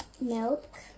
milk